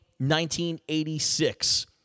1986